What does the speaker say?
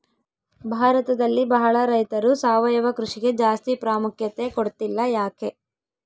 ಭಾರತದಲ್ಲಿ ಬಹಳ ರೈತರು ಸಾವಯವ ಕೃಷಿಗೆ ಜಾಸ್ತಿ ಪ್ರಾಮುಖ್ಯತೆ ಕೊಡ್ತಿಲ್ಲ ಯಾಕೆ?